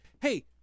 hey